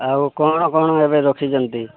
ଆଉ କ'ଣ କ'ଣ ଏବେ ରଖିଛନ୍ତି